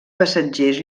passatgers